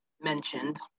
mentioned